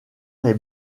est